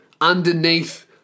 underneath